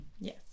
Yes